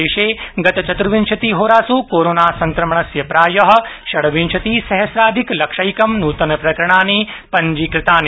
देशे गतचतुर्विशति होरासु कोरोना संक्रमणस्य प्राय षड्विंशति सहस्राधिक एक लक्षं नूतन प्रकरणानि पंजीकृतानि